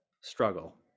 struggle